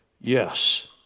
yes